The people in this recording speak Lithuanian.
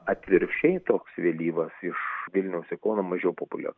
atvirkščiai toks vėlyvas iš vilniaus į kauną mažiau populiaru